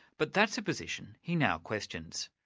but that's a position he now questions.